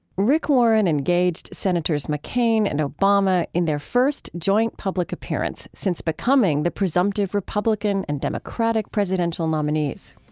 rick warren engaged senators mccain and obama in their first joint public appearance since becoming the presumptive republican and democratic presidential nominees.